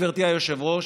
גברתי היושבת-ראש,